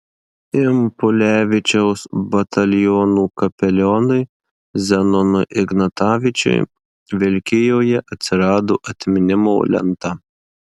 impulevičiaus batalionų kapelionui zenonui ignatavičiui vilkijoje atsirado atminimo lenta